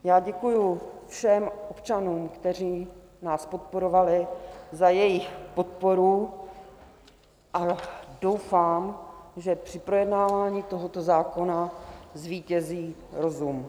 Já děkuju všem občanům, kteří nás podporovali, za jejich podporu a doufám, že při projednávání tohoto zákona zvítězí rozum.